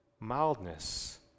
mildness